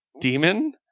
demon